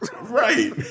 Right